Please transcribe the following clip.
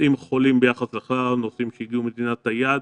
נוסעים חולים ביחס לכלל הנוסעים שהגיעו ממדינת היעד,